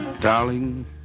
Darling